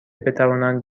بتوانند